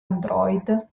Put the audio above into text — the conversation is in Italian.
android